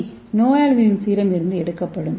ஏ நோயாளிகளின் சீரம் இருந்து எடுக்கப்படும்